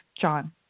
John